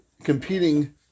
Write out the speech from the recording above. competing